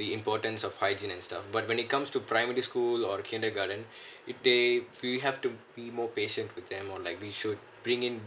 the importance of hygiene and stuff but when it comes to primary school or kindergarten weekday we have to be more patient with them or like we should bring in